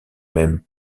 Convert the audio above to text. mêmes